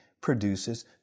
produces